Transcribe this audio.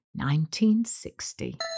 1960